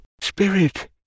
Spirit